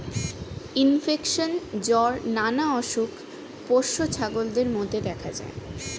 infection, জ্বর নানা অসুখ পোষ্য ছাগলদের মধ্যে দেখা যায়